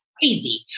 Crazy